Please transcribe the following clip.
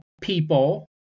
people